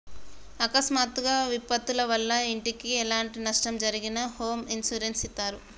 అకస్మాత్తుగా విపత్తుల వల్ల ఇంటికి ఎలాంటి నష్టం జరిగినా హోమ్ ఇన్సూరెన్స్ ఇత్తారు